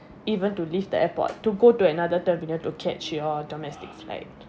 even to leave the airport to go to another terminal to catch your domestic flight